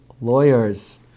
lawyers